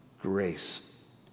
grace